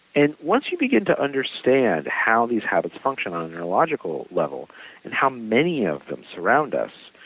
and once you begin to understand how these habits function on neurological level and how many of them surround us,